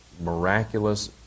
miraculous